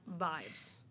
vibes